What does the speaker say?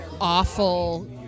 awful